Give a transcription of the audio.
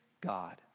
God